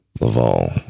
Laval